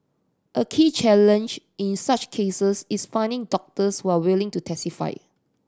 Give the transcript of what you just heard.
a key challenge in such cases is finding doctors who are willing to testify